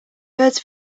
birds